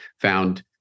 found